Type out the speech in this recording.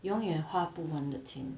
永远花不完的钱